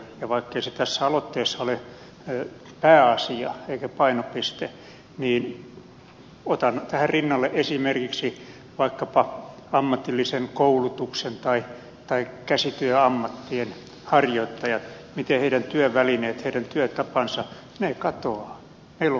ja vaikkei se tässä aloitteessa ole pääasia eikä painopiste niin otan tähän rinnalle esimerkiksi vaikkapa ammatillisen koulutuksen tai käsityöammattien harjoittajat miten heidän työvälineensä heidän työtapansa katoavat